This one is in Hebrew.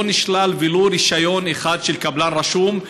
לא נשלל ולו רישיון אחד של קבלן רשום,